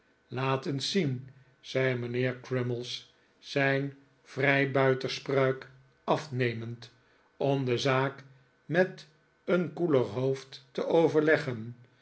eens zien zei mijnheer crummies zijn vrijbuiterspruik afnemend om de zaak met een koeler hoofd te overleggen